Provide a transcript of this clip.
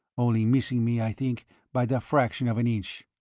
only missing me i think by the fraction of an inch.